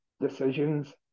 decisions